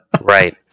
right